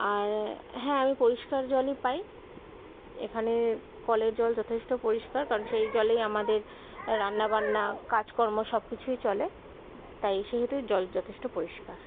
আর হ্যাঁ আমি পরিষ্কার জলই পাই এখানের কলের জল যথেষ্ট পরিষ্কার কারণ সেই জলেই আমাদের রান্না বান্না কাজকর্ম সব কিছুই চলে তাই সেহেতু জল যথেষ্ট পরিষ্কার